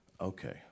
Okay